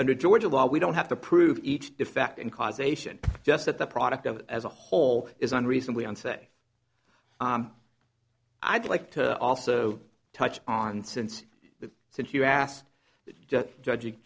under georgia law we don't have to prove each defect in causation just that the product of as a whole is one reason we don't say i'd like to also touch on since the since you asked just judging